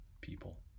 people